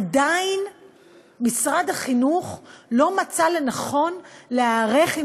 עדיין משרד החינוך לא מצא לנכון להיערך עם